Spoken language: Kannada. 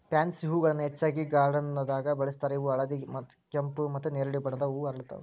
ಪ್ಯಾನ್ಸಿ ಹೂಗಳನ್ನ ಹೆಚ್ಚಾಗಿ ಗಾರ್ಡನ್ದಾಗ ಬೆಳೆಸ್ತಾರ ಇವು ಹಳದಿ, ಕೆಂಪು, ಮತ್ತ್ ನೆರಳಿ ಬಣ್ಣದ ಹೂ ಅರಳ್ತಾವ